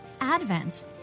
Advent